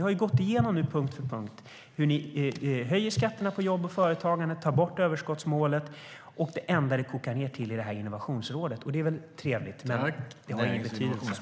Vi har ju gått igenom nu, punkt för punkt, hur ni höjer skatterna på jobb och företagande och tar bort överskottsmålet. Det enda det kokar ned till är det här Innovationsrådet. Det är väl trevligt, men det har ingen betydelse.